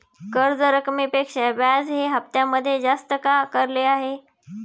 कर्ज रकमेपेक्षा व्याज हे हप्त्यामध्ये जास्त का आकारले आहे?